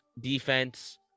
defense